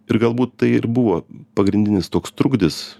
ir galbūt tai ir buvo pagrindinis toks trukdis